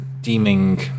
deeming